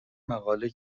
مقاله